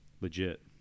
Legit